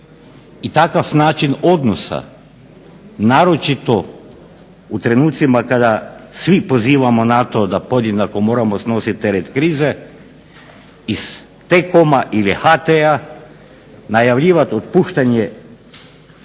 i takav način odnosa naročito u trenucima kada svi pozivamo na to da podjednako moramo snositi teret krize iz T-Coma ili HT-a najavljivati otpuštanje tolikog